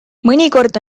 mõnikord